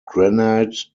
granite